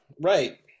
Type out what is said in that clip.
right